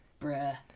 Bruh